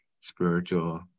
spiritual